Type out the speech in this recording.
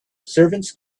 servants